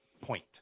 point